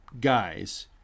guys